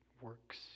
works